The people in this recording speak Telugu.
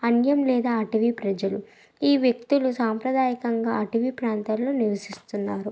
అన్యం లేదా అటవీ ప్రజలు ఈ వ్యక్తులు సాంప్రదాయకంగా అటవీప్రాంతాల్లో నివసిస్తున్నారు